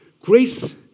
grace